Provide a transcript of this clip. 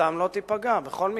שתעסוקתם לא תיפגע בכל מקרה.